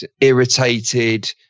irritated